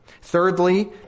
Thirdly